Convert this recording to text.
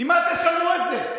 עם מה תשלמו את זה,